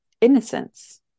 innocence